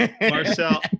Marcel